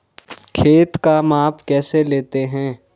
खेत का माप कैसे लेते हैं?